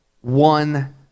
one